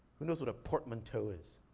who knows what a portmanteau is?